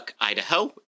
Idaho